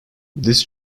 this